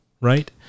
right